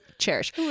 cherish